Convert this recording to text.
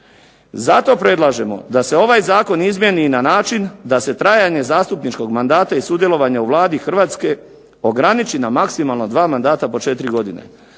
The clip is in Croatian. Zato predlažemo da se ovaj zakon izmijeni na način da se trajanje zastupničkog mandata i sudjelovanja u Vladi Hrvatske ograniči na maksimalno dva mandata po 4 godine.